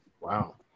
Wow